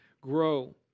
grow